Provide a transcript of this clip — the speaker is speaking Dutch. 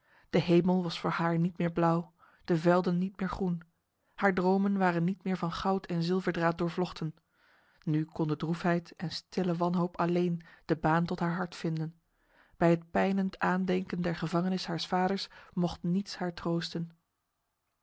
de hemel was voor haar niet meer blauw de velden niet meer groen haar dromen waren niet meer van goud en zilverdraad doorvlochten nu konden droefheid en stille wanhoop alleen de baan tot haar hart vinden bij het pijnend aandenken der gevangenis haars vaders mocht niets haar troosten